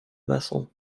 vessel